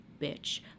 Bitch